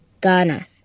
Ghana